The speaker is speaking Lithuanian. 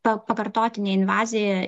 pa pakartotinė invazija